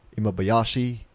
Imabayashi